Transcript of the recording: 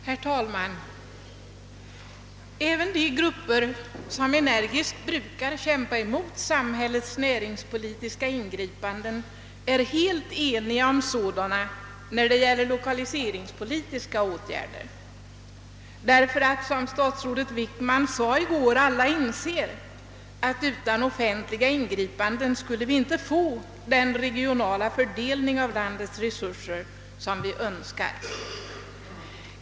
Herr talman! Även de grupper som energiskt brukar kämpa emot samhällets näringspolitiska ingripanden är helt eniga om att sådana behövs när det gäller lokaliseringspolitiska åtgärder, därför att — som statsrådet Wickman sade i går — alla inser att vi utan offentliga ingripanden inte skulle få den regionala fördelningen av landets resurser som vi önskar.